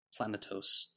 Planetos